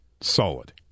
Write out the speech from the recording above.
Solid